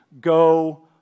go